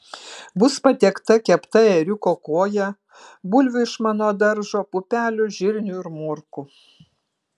bus patiekta kepta ėriuko koja bulvių iš mano daržo pupelių žirnių ir morkų